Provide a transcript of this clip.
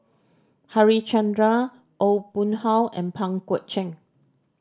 Harichandra Aw Boon Haw and Pang Guek Cheng